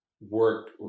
work